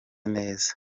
neza